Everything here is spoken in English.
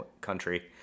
country